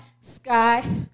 sky